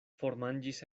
formanĝis